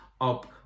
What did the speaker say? up